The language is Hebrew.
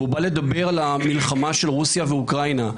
והוא בא לדבר על המלחמה של רוסיה ואוקראינה,